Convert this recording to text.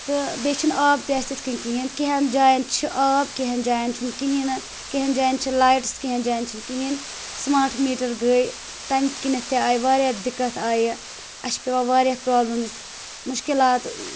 تہٕ بیٚیہِ چھِنہٕ آب تہِ اَسہِ تِتھ کَنہِ کِہیٖنۍ کیٚہَن جایَن چھِ آب کیٚہَن جایَن چھُنہٕ کِہیٖنۍ نہٕ کیٚہَن جایَن چھِ لایِٹٕس کیٚہَن جایَن چھِنہٕ کِہیٖنۍ سٕماٹ میٖٹَر گٔے تَمۍ کِنٮ۪تھ تہِ آیہِ واریاہ دِقت آیہِ اَسہِ چھِ پٮ۪وان واریاہ پرٛابلِمٕز مُشکِلات